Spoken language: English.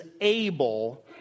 able